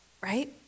right